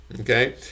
Okay